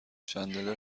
چندلر